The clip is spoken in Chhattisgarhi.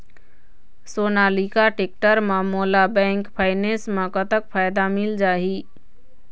सोनालिका टेक्टर म मोला बैंक फाइनेंस म कतक फायदा मिल जाही?